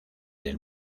del